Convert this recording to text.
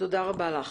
תודה רבה לך.